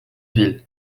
ville